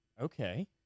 Okay